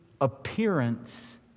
appearance